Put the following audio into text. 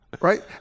right